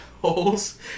holes